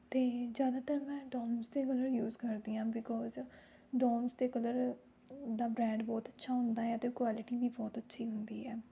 ਅਤੇ ਜ਼ਿਆਦਾਤਰ ਮੈਂ ਡੋਮਸ ਦੇ ਕਲਰ ਯੂਜ਼ ਕਰਦੀ ਹਾਂ ਬਿਕੋਜ਼ ਡੋਮਸ ਦੇ ਕਲਰ ਦਾ ਬਰੈਂਡ ਬਹੁਤ ਅੱਛਾ ਹੁੰਦਾ ਹੈ ਅਤੇ ਕੋਆਲੀਟੀ ਵੀ ਬਹੁਤ ਅੱਛੀ ਹੁੰਦੀ ਹੈ